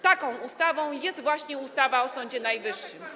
Taką ustawą jest właśnie ustawa o Sądzie Najwyższym.